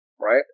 right